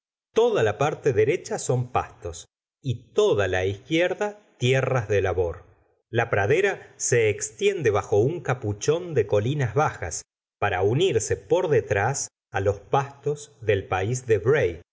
toda la parte derecha son pastos y toda la izquierda tierras de labor la pradera se estiende bajo un capuchón de colinas bajas para unirse por detrás á los pastos del pals de